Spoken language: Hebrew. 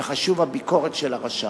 וחשובה הביקורת של הרשם.